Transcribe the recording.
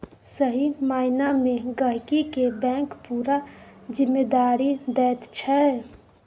सही माइना मे गहिंकी केँ बैंक पुरा जिम्मेदारी दैत छै